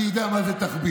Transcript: אני יודע מה זה תחביר.